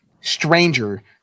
stranger